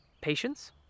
patience